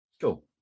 Cool